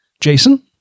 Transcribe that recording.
Jason